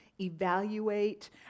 evaluate